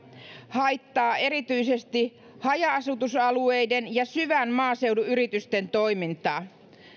haittaa erityisesti haja asutusalueiden ja syvän maaseudun yritysten toimintaa